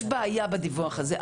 יש בעיה עם הדיווח הזה.